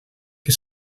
que